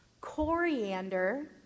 coriander